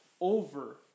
over